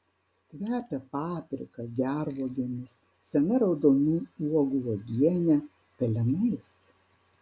kvepia paprika gervuogėmis sena raudonų uogų uogiene pelenais